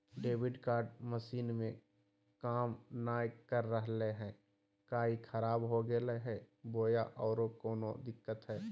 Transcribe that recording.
Debit card machine में काम नाय कर रहले है, का ई खराब हो गेलै है बोया औरों कोनो दिक्कत है?